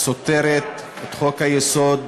סותרת את חוק-היסוד,